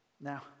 Now